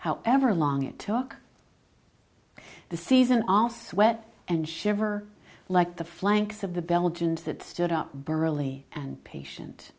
however long it took the season all sweat and shiver like the flanks of the belgians that stood up burly and patient